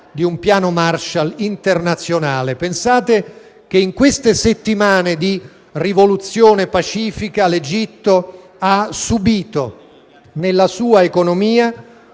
di un piano Marshall internazionale. Pensate che in queste settimane di rivoluzione pacifica l'Egitto ha subito nella sua economia